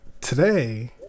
today